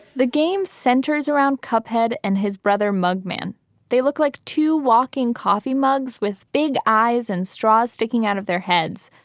game centers around kup head and his brother mug man they look like two walking coffee mugs with big eyes and straws sticking out of their heads.